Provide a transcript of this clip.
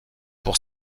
pour